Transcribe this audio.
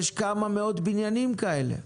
יש כמה מאות בניינים כאלה.